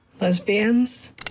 Lesbians